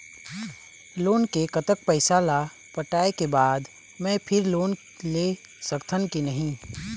Loan के कतक पैसा ला पटाए के बाद मैं फिर लोन ले सकथन कि नहीं?